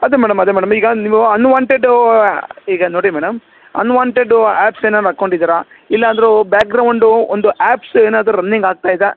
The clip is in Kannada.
ಅದೇ ಮೇಡಮ್ ಅದೇ ಮೇಡಮ್ ಈಗ ನೀವೂ ಅನ್ವಾಂಟೆಡೂ ಈಗ ನೋಡಿ ಮೇಡಮ್ ಅನ್ವಾಂಟೆಡ್ ಆ್ಯಪ್ಸ್ ಏನು ಹಾಕೊಂಡಿದಿರ ಇಲ್ಲಂದ್ರೆ ಬ್ಯಾಕ್ಗ್ರೌಂಡು ಒಂದು ಆ್ಯಪ್ಸ್ ಏನಾದರು ರನ್ನಿಂಗ್ ಆಗ್ತಿದ್ಯಾ